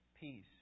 peace